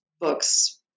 books